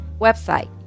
website